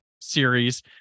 series